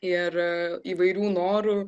ir įvairių norų